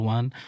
One